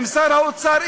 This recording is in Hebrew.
עם שר האוצר,